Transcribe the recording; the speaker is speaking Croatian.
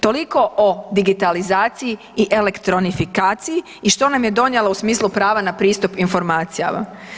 Toliko o digitalizaciji i elektronifikaciji i što nam je donijela u smislu prava na pristup informacijama.